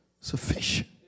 sufficient